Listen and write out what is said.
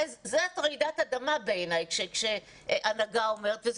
בעיניי את רעידת אדמה כאשר הנהגה אומרת את זה.